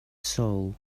soul